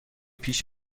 پیش